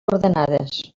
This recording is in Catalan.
ordenades